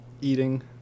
Eating